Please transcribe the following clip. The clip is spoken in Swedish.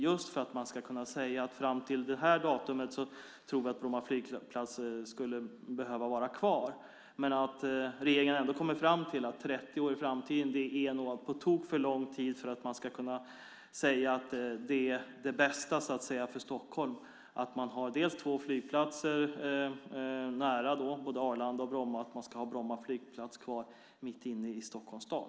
Då skulle man kunna säga att fram till det här datumet tror vi att Bromma flygplats behöver vara kvar men att 30 år in i framtiden ändå är en på tok för lång tid för att man ska kunna säga att det är det bästa för Stockholm att man har två flygplatser nära, både Arlanda och Bromma, och att man ska ha Bromma flygplats kvar mitt inne i Stockholms stad.